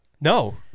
No